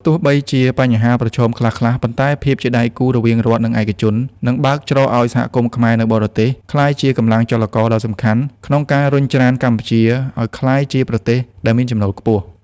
ទោះបីជាមានបញ្ហាប្រឈមខ្លះៗ ប៉ុន្តែ ភាពជាដៃគូរវាងរដ្ឋ និងឯកជន នឹងបើកច្រកឱ្យសហគមន៍ខ្មែរនៅបរទេសក្លាយជាកម្លាំងចលករដ៏សំខាន់ ក្នុងការរុញច្រានកម្ពុជាឱ្យក្លាយជាប្រទេសដែលមានចំណូលខ្ពស់។